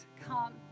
come